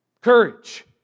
Courage